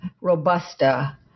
Robusta